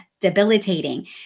debilitating